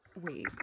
Wait